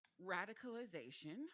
radicalization